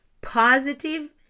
positive